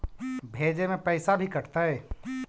भेजे में पैसा भी कटतै?